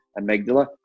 amygdala